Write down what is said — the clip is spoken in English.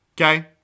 Okay